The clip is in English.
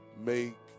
make